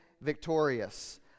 victorious